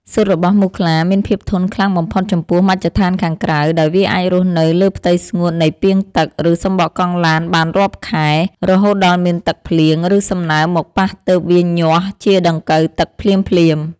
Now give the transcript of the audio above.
ស៊ុតរបស់មូសខ្លាមានភាពធន់ខ្លាំងបំផុតចំពោះមជ្ឈដ្ឋានខាងក្រៅ ដោយវាអាចរស់នៅលើផ្ទៃស្ងួតនៃពាងទឹក ឬសំបកកង់ឡានបានរាប់ខែ រហូតដល់មានទឹកភ្លៀង ឬសំណើមមកប៉ះទើបវាញាស់ជាដង្កូវទឹកភ្លាមៗ។